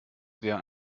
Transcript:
wäre